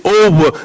over